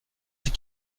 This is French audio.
ses